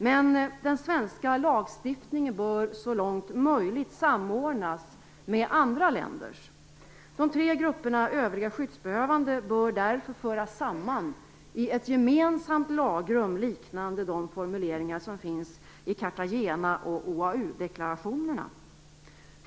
Men den svenska lagstiftningen bör så långt är möjligt samordnas med andra länders. De tre grupper övriga skyddsbehövande bör därför föras samman i ett gemensamt lagrum, liknande de formuleringar som finns i Cartagena och OAU-deklarationerna.